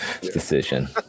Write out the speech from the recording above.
decision